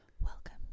Welcome